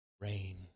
Rain